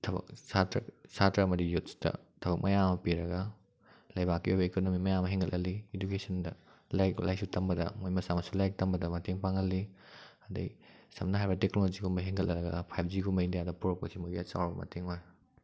ꯊꯕꯛ ꯁꯥꯇ꯭ꯔ ꯁꯥꯇ꯭ꯔ ꯑꯃꯗꯤ ꯌꯨꯊꯁꯇ ꯊꯕꯛ ꯃꯌꯥꯝ ꯑꯃ ꯄꯤꯔꯒ ꯂꯩꯕꯥꯛꯀꯤ ꯑꯣꯏꯕ ꯏꯀꯣꯅꯣꯃꯤ ꯃꯌꯥꯝ ꯑꯃ ꯍꯦꯟꯒꯠꯍꯜꯂꯤ ꯑꯗꯨꯒꯤꯁꯤꯡꯗ ꯂꯥꯏꯔꯤꯛ ꯂꯥꯏꯁꯨ ꯇꯝꯕꯗ ꯃꯣꯏ ꯃꯆꯥ ꯃꯁꯨ ꯂꯥꯏꯔꯤꯛ ꯇꯝꯕꯗ ꯃꯇꯦꯡ ꯄꯥꯡꯍꯜꯂꯤ ꯑꯗꯩ ꯁꯝꯅ ꯍꯥꯏꯔꯕꯗ ꯇꯦꯛꯅꯣꯂꯣꯖꯤꯒꯨꯝꯕ ꯍꯦꯟꯒꯠꯍꯜꯂꯒ ꯐꯥꯏꯚ ꯖꯤꯒꯨꯝꯕ ꯏꯟꯗꯤꯌꯥꯗ ꯄꯣꯔꯛꯄꯁꯤ ꯃꯣꯏꯒꯤ ꯆꯥꯎꯔꯕ ꯃꯇꯦꯡ ꯑꯣꯏ